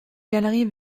galerie